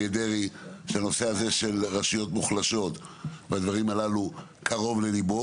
שהנושא הזה של רשויות מוחלשות קרוב לליבם,